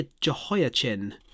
Jehoiachin